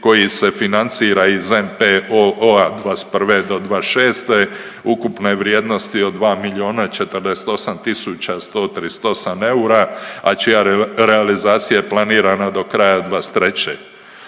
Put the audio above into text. koji se financira iz NPOO-a od '21. do '26. ukupne vrijednosti od 2 miliona 48 tisuća 138 eura, a čija realizacija je planirana do kraja '23.